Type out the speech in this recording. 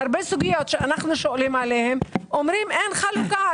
יש הרבה סוגיות שאנחנו שואלים עליהן ואומרים שאין חלוקה,